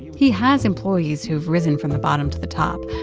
he has employees who've risen from the bottom to the top.